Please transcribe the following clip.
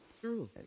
True